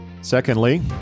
Secondly